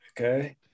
okay